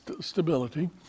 stability